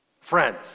Friends